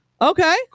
Okay